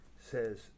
says